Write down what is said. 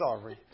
sorry